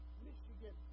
Michigan